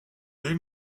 dei